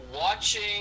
watching